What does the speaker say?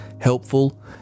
helpful